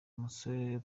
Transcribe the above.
umusore